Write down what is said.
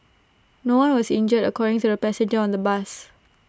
no one was injured according to A passenger on the bus